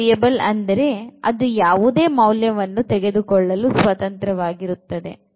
free variable ಅಂದರೆ ಅದು ಯಾವುದೇ ಮೌಲ್ಯವನ್ನು ತೆಗೆದುಕೊಳ್ಳಲು ಸ್ವತಂತ್ರವಾಗಿರುತ್ತದೆ